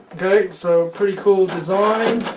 okay so pretty cool design,